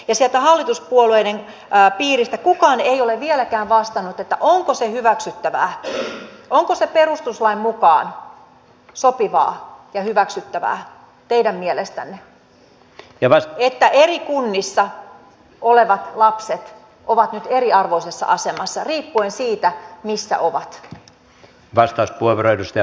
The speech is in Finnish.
ja sieltä hallituspuolueiden piiristä kukaan ei ole vieläkään vastannut onko se hyväksyttävää onko se perustuslain mukaan sopivaa ja hyväksyttävää teidän mielestänne että eri kunnissa olevat lapset ovat nyt eriarvoisessa asemassa riippuen siitä missä ovat